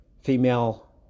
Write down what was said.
female